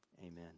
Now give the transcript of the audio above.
Amen